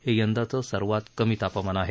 हे यंदाचं सर्वात कमी तापमान आहे